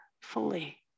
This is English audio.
fully